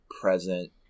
present